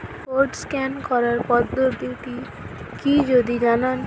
Code scan করার পদ্ধতিটি কি যদি জানান?